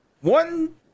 one